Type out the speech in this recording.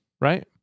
right